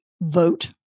vote